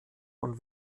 und